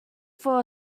for